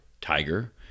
tiger